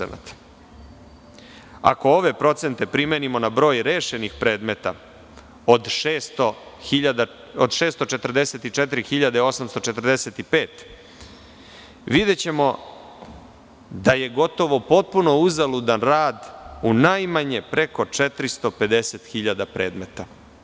Ako ove procente primenimo na broj rešenih predmeta, od 644.845, videćemo da je gotovo potpuno uzaludan rad u najmanje preko 450.000 predmeta.